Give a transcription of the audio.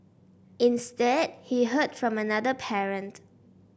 instead he heard from another parent